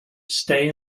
stay